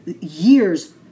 years